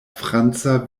franca